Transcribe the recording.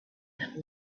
that